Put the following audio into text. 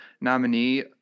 nominee